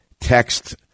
Text